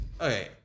Okay